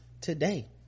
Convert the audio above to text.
today